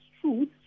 truth